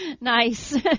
Nice